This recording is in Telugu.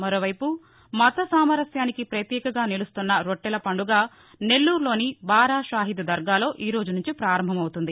మరోవైపు మతసామరస్యానికి పతీకగా నిలుస్తున్న రొట్టెల పండుగ నెల్లూరులోని బారా షాహీద్ దర్గాలో ఈ రోజు నుంచి ప్రారంభం అవుతుంది